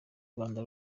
rwanda